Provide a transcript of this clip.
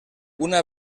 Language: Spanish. una